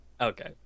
okay